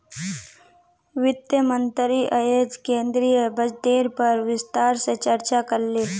वित्त मंत्री अयेज केंद्रीय बजटेर पर विस्तार से चर्चा करले